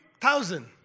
thousand